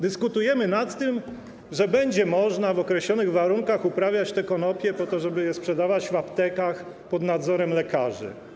Dyskutujemy nad tym, że będzie można w określonych warunkach uprawiać te konopie po to, żeby je sprzedawać w aptekach pod nadzorem lekarzy.